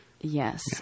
Yes